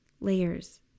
layers